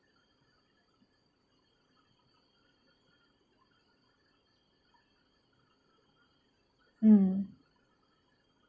mm